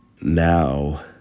now